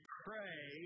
pray